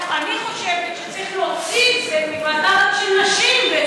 לטובת העניין אני חושבת שצריך להוציא את זה מוועדה רק של נשים.